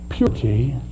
Purity